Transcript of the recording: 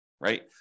right